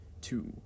two